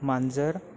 मांजर